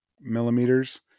millimeters